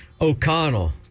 O'Connell